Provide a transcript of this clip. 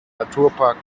naturpark